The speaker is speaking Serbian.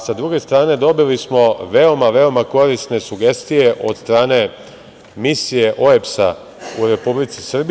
S druge strane, dobili smo veoma, veoma korisne sugestije od strane Misije OEBS-a u Republici Srbiji.